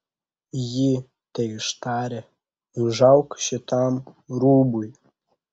ji teištarė užauk šitam rūbui